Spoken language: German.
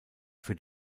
für